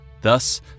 Thus